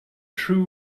true